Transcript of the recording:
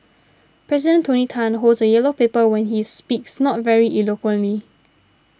President Tony Tan holds a yellow paper when he speaks not very eloquently